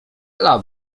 ela